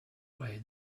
way